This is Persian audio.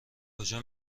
کجا